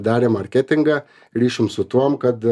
darė marketingą ryšium su tuom kad